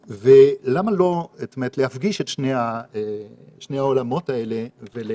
ולמה לא להפגיש את שני העולמות האלה ול